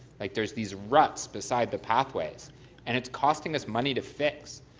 like there's these ruts besides the pathways and it's costing us money to fix.